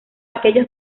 aquellos